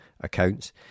accounts